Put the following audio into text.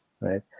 right